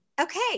okay